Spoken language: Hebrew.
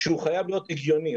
שהוא חייב להיות הגיוני,